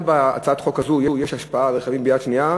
גם להצעת החוק הזאת יש השפעה על רכבים יד שנייה,